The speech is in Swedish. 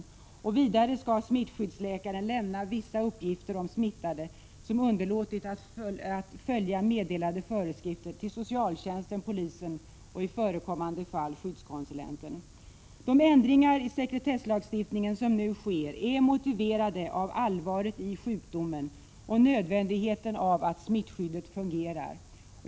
É Z «infektion Vidare skall smittskyddsläkaren lämna vissa uppgifter om smittade, som underlåtit att följa meddelade föreskrifter, till socialtjänsten, polisen och i förekommande fall skyddskonsulenten. De ändringar i sekretesslagstiftningen som nu sker är motiverade av allvaret i sjukdomen och nödvändigheten av att smittskyddet fungerar.